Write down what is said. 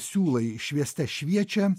siūlai švieste šviečia